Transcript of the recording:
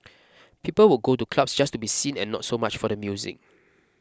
people would go to clubs just to be seen and not so much for the music